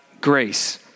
grace